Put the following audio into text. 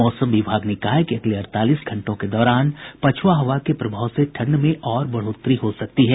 मौसम विभाग ने कहा है कि अगले अड़तालीस घंटों के दौरान पछुआ हवा के प्रभाव से ठंड में और बढ़ोतरी हो सकती है